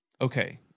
Okay